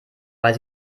weil